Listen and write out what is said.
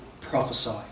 prophesy